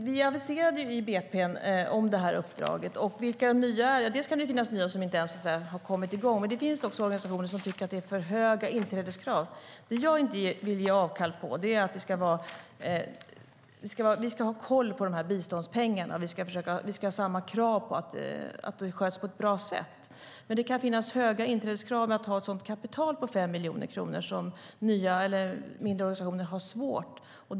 Herr talman! Vi aviserade det här uppdraget i budgetpropositionen. Det kan finnas nya organisationer som inte ens har kommit i gång, men det finns också organisationer som tycker att det är för höga inträdeskrav. Det finns en del som jag inte vill ge avkall på. Vi ska ha koll på biståndspengarna. Vi ska ha samma krav på att det sköts på ett bra sätt. Men det kan finnas höga inträdeskrav, till exempel att man ska ha ett kapital på 5 miljoner kronor, som är svåra för nya eller mindre organisationer.